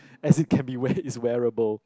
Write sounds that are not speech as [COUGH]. as it can be wear [BREATH] it's wearable